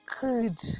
good